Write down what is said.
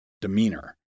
demeanor